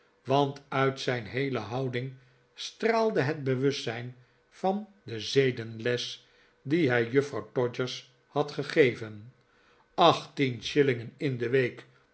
want uit zijn heele houding straalde het bewustzijn van de zedenles die hij juffrouw todgers had gegeven achttien shillingen in de week